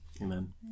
Amen